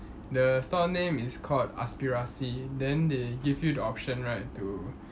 the stall name is called Aspirasi then they give you the option right to